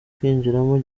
kwinjiramo